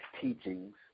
teachings